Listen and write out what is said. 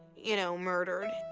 you know, murdered.